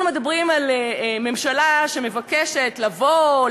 אנחנו מדברים על ממשלה שמבקשת לבוא,